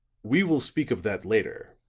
we will speak of that later,